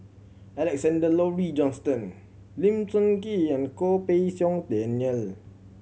Alexander Laurie Johnston Lim Sun Gee and Goh Pei Siong Daniel